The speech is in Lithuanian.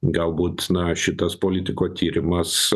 galbūt na šitas politiko tyrimas